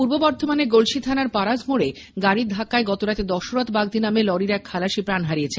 পূর্ব বর্ধমানের গোলসি থানার পারাজ মোড়ে গাড়ির ধাক্কায় গতরাতে দশরথ বাগদি নামে লরির এক খালাসী প্রাণ হারিয়েছেন